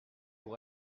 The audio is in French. vous